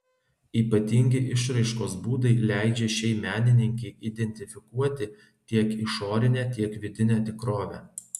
ypatingi išraiškos būdai leidžia šiai menininkei identifikuoti tiek išorinę tiek vidinę tikrovę